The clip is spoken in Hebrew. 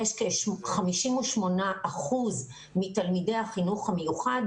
כ-58% מתלמידי החינוך המיוחד,